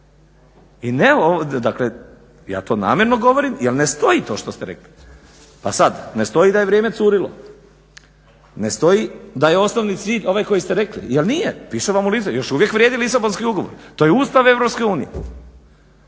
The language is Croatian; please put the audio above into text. i provodi. Dakle, ja to namjerno govorim jer ne stoji to što ste rekli. Pa sad ne stoji da je vrijeme curilo, ne stoji da je osnovni cilj ovaj koji ste rekli jer nije, piše vam u Lisabonskom ugovoru, još uvijek vrijedi Lisabonski ugovor. To je Ustav EU. A vi